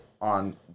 on